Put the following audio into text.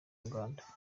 uganda